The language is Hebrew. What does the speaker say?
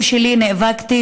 הייתי צריכה לעשות את זה